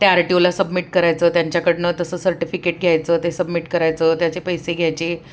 त्या R T ओला submit करायचं त्यांच्याकडनं तसं सर्टिफिकेट घ्यायचं ते सबमिट करायचं त्याचे पैसे घ्यायचे